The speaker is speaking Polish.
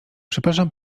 przepraszam